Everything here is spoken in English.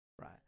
Right